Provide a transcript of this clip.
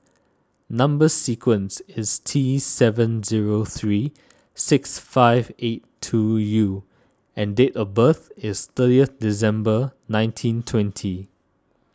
Number Sequence is T seven zero three six five eight two U and date of birth is thirtieth December nineteen twenty